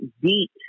beat